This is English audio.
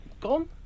gone